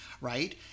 right